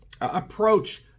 approach